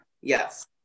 Yes